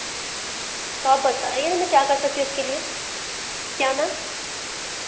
तो आप बताइए ना मैं क्या कर सकती हूँ इसके लिए क्या मैम